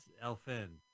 Elfin